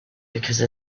because